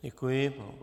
Děkuji.